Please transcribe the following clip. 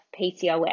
PCOS